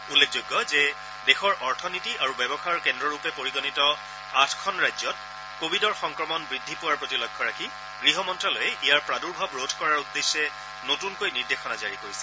উল্লেখযোগ্য যে দেশৰ অৰ্থনীতি আৰু ব্যৱসায়ৰ কেন্দ্ৰৰূপে পৰিগণিত আঠখন ৰাজ্যত কভিডৰ সংক্ৰমণ বৃদ্ধি পোৱাৰ প্ৰতি লক্ষ্য ৰাখি গৃহ মন্ত্যালয়ে ইয়াৰ প্ৰাদুৰ্ভাৱ ৰোধ কৰাৰ উদ্দেশ্যে নতুনকৈ নিৰ্দেশনা জাৰি কৰিছে